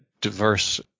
diverse